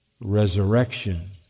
resurrection